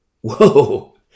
Whoa